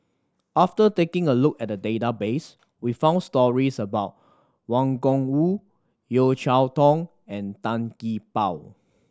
after taking a look at the database we found stories about Wang Gungwu Yeo Cheow Tong and Tan Gee Paw